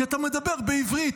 כי אתה מדבר בעברית.